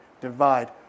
divide